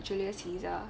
julius caesar